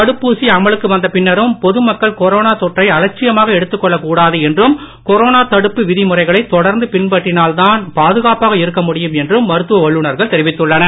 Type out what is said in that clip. தடுப்பூசிஅமலுக்குவந்தபின்னரும்பொதுமக்கள்கொரோனாதொற்றைஅல ட்சியமாகஎடுத்துக்கொள்ளகூடாதுஎன்றும் கொரோனாதடுப்புவிதிமுறைகளைதொடர்ந்துபின்பற்றினால்தான்பாதுகா ப்பாகஇருக்கமுடியும்என்றும்மருத்துவவல்லுனர்கள்தெரிவித்துள்ளனர்